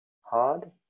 hard